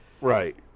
Right